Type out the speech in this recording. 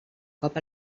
cop